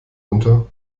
unter